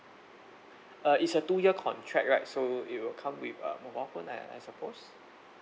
uh it's a two year contract right so it will come with a mobile phone I I suppose